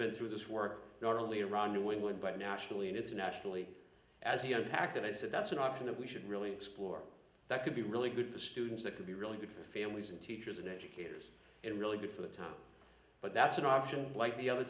been through this work not only around new england but nationally and internationally as he unpacked and i said that's an option that we should really explore that could be really good for students that could be really good for families and teachers and educators and really good for the time but that's an option like the other